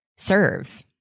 serve